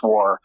War